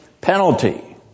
penalty